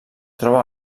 troba